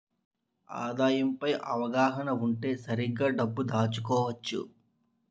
ఆదాయం పై అవగాహన ఉంటే సరిగ్గా డబ్బు దాచుకోవచ్చు